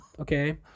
okay